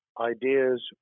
ideas